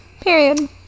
Period